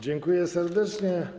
Dziękuję serdecznie.